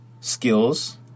skills